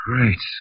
Great